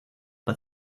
but